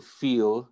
feel